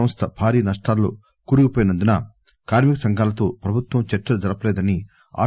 సంస్థ భారీ నష్టాల్లో కూరుకోవోయివున్నందున కార్మిక సంఘాలతో ప్రభుత్వం చర్చలు జరపలేదని ఆర్